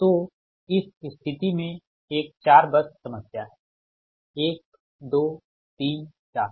तो इस स्थिति में एक 4 बस समस्या है 1 2 3 4